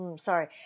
sorry